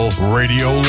Radio